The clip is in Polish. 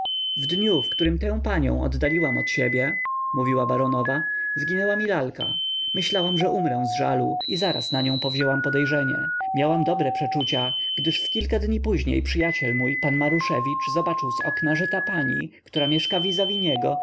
w dniu w którym tę panią oddaliłam od siebie mówiła baronowa zginęła mi lalka myślałam że umrę z żalu i zaraz na nią powzięłam podejrzenie miałam dobre przeczucia gdyż w kilka dni później przyjaciel mój pan maruszewicz zobaczył z okna że ta pani która mieszka vis a vis niego ma u siebie moję lalkę